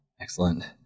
Excellent